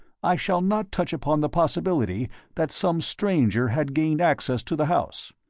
i shall not touch upon the possibility that some stranger had gained access to the house.